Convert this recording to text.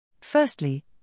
Firstly